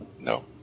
No